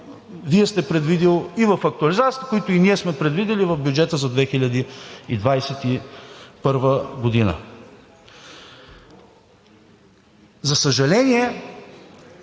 Вие сте предвидил, и в актуализация, които и ние сме предвидили в бюджета за 2021 г. За съжаление,